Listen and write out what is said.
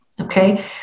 Okay